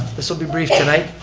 this will be brief tonight.